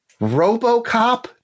Robocop